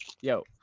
Yo